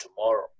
tomorrow